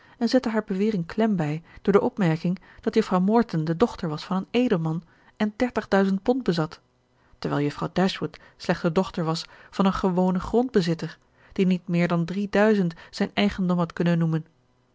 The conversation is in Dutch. en zette haar bewering klem bij door de opmerking dat juffrouw morton de dochter was van een edelman en dertig duizend pond bezat terwijl juffrouw dashwood slechts de dochter was van een gewonen grondbezitter die niet meer dan drieduizend zijn eigendom had kunnen noemen